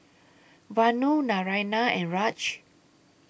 Vanu Naraina and Raj